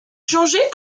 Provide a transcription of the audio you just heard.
changé